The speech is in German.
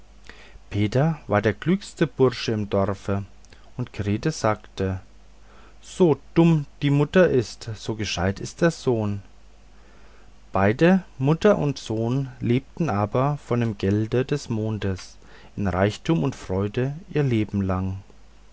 peter war der klügste bursche im dorfe und grete sagte so dumm die mutter ist so gescheit ist der sohn beide mutter und sohn lebten aber von dem gelde des mondes in reichtum und freuden ihr lebelang